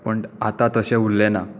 पूण आतां तशें उरलें ना